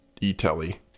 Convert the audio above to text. E-Telly